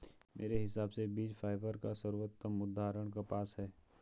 मेरे हिसाब से बीज फाइबर का सर्वोत्तम उदाहरण कपास है